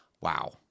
Wow